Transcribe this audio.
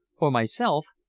for myself,